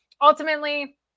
Ultimately